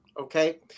okay